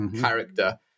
character